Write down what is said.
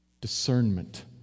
discernment